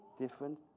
different